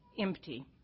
empty